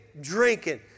drinking